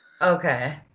Okay